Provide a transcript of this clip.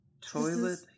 toilet